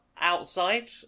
outside